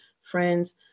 friends